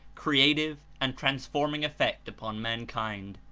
creative and transforming effect upon mankind.